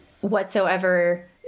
whatsoever